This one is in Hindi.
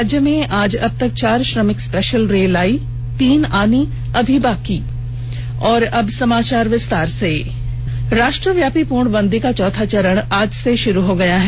राज्य में आज अबतक चार श्रमिक स्पेशल रेल आयी तीन आनी बाकी राष्ट्रव्यापी पूर्णबंदी का चौथा चरण आज से शुरू हो गया है